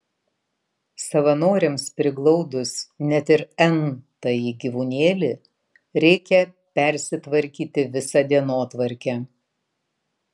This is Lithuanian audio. savanoriams priglaudus net ir n tąjį gyvūnėlį reikia persitvarkyti visą dienotvarkę